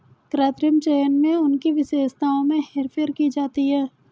कृत्रिम चयन में उनकी विशेषताओं में हेरफेर की जाती है